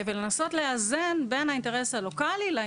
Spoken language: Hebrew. ולנסות לאזן בין האינטרס הלוקאלי לבין